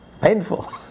Painful